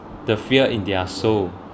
the fear in their soul